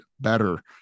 better